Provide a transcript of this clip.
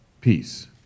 peace